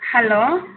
hello